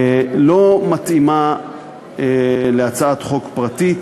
לא מתאימה להצעת חוק פרטית.